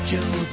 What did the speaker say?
Joe